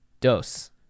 dose